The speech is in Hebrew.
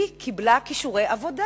היא קיבלה כישורי עבודה.